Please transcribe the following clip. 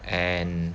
and